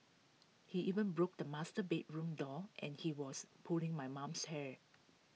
he even broke the master bedroom door and he was pulling my mum's hair